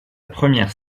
première